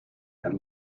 and